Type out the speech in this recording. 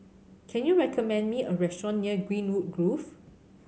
can you recommend me a restaurant near Greenwood Grove